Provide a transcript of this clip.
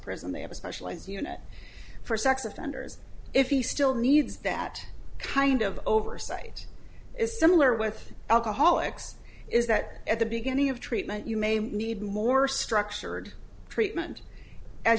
prison they have a specialized unit for sex offenders if he still needs that kind of oversight is similar with alcoholics is that at the beginning of treatment you may need more structured treatment as